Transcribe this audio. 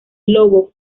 lobo